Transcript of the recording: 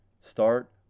Start